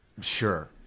Sure